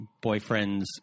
boyfriend's